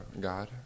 god